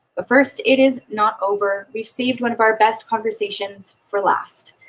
but first, it is not over. we've saved one of our best conversations for last.